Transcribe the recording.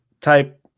type